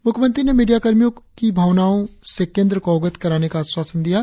मुख्यमंत्री ने मीडिया कर्मियों की भावनाओं से केंद्र को अवगत कराने का आश्वासन दिया गया